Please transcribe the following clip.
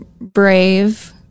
brave